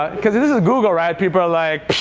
cause this is google, right? people are like pssht,